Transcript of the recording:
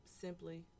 simply